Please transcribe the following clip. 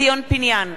ציון פיניאן,